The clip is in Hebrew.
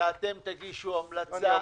שאתם תגישו המלצה?